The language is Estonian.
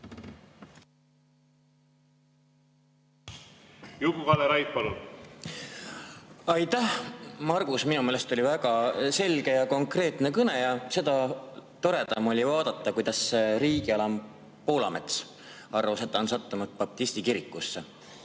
Juku-Kalle Raid, palun! Aitäh! Margus, minu meelest oli väga selge ja konkreetne kõne. Ja seda toredam oli vaadata, kuidas riigialam Poolamets arvas, et ta on sattunud baptisti kirikusse.